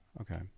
okay